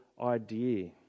idea